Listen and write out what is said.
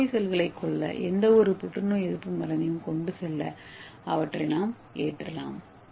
புற்றுநோய் செல்களைக் கொல்ல எந்தவொரு புற்றுநோய் எதிர்ப்பு மருந்தையும் கொண்டு அவற்றை ஏற்றலாம்